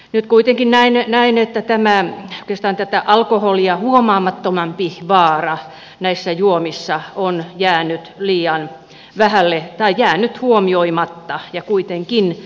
nyt kuitenkin näen että oikeastaan tätä alkoholia huomaamattomampi vaara näissä juomissa on jäänyt huomioimatta ja kuitenkin sillä on vaikutus terveyteen